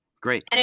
Great